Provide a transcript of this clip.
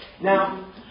Now